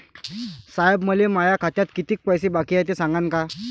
साहेब, मले माया खात्यात कितीक पैसे बाकी हाय, ते सांगान का?